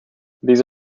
these